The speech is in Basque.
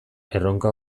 erronka